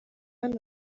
hano